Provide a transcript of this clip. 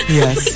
yes